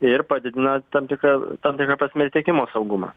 ir padidina tam tikra tam tikra prasme ir tiekimo saugumą